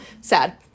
Sad